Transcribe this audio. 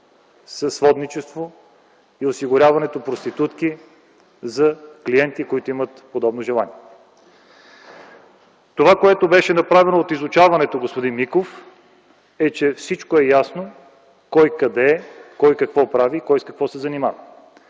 сводничество и осигуряване на проститутки за клиенти, които имат подобни желания. Това, което беше направено от изучаването, господин Миков, е, че всичко е ясно: кой къде е, кой какво прави и кой с какво се занимава.